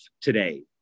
today